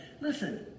Listen